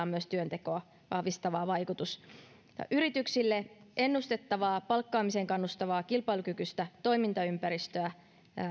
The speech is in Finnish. on myös työntekoa vahvistava vaikutus yrityksille ennustettavaa palkkaamiseen kannustavaa kilpailukykyistä toimintaympäristöä